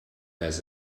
has